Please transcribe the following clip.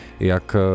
jak